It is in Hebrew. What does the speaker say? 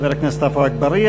תודה לחבר הכנסת עפו אגבאריה.